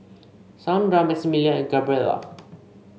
Saundra Maximillian and Gabriela